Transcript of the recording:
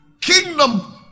kingdom